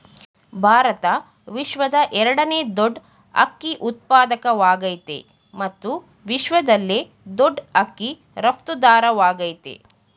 ಭಾರತ ವಿಶ್ವದ ಎರಡನೇ ದೊಡ್ ಅಕ್ಕಿ ಉತ್ಪಾದಕವಾಗಯ್ತೆ ಮತ್ತು ವಿಶ್ವದಲ್ಲೇ ದೊಡ್ ಅಕ್ಕಿ ರಫ್ತುದಾರವಾಗಯ್ತೆ